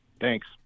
Thanks